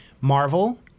Marvel